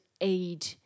aid